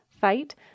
fight